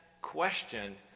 question